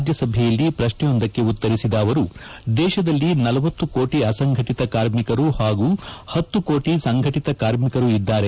ರಾಜ್ಯಸಭೆಯಲ್ಲಿ ಪ್ರಶ್ನೆಯೊಂದಕ್ಕೆ ಉತ್ತರಿಸಿದ ಅವರು ದೇಶದಲ್ಲಿ ಳಂ ಕೋಟಿ ಅಸಂಘಟಿತ ಕಾರ್ಮಿಕರು ಹಾಗೂ ಹತ್ತು ಕೋಟಿ ಸಂಘಟಿತ ಕಾರ್ಮಿಕರು ಇದ್ದಾರೆ